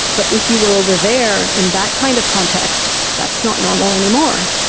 but if you were over there in that kind of context, that's not normal anymore.